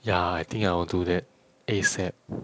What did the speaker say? ya I think I will do that asap